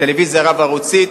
טלוויזיה רב-ערוצית,